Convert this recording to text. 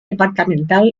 departamental